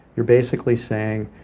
you're basically saying,